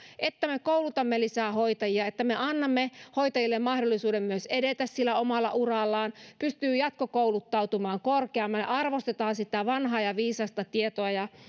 että me koulutamme lisää hoitajia että me annamme hoitajille mahdollisuuden myös edetä omalla urallaan että he pystyvät jatkokouluttautumaan korkeammalle ja että arvostetaan vanhaa ja viisasta tietoa ja